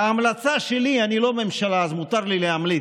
וההמלצה שלי, אני לא ממשלה, אז מותר לי להמליץ,